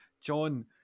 John